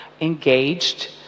engaged